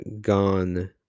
gone